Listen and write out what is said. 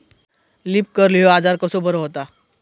Leaf curl ह्यो आजार कसो बरो व्हता?